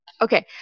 Okay